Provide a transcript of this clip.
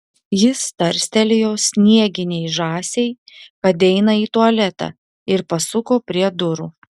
jis tarstelėjo snieginei žąsiai kad eina į tualetą ir pasuko prie durų